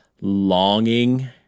longing